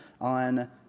on